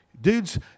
Dudes